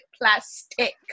plastic